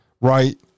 right